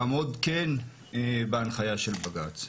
לעמוד כאן בהנחיה של בג"צ.